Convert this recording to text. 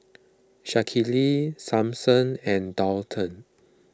Shaquille Samson and Daulton